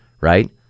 right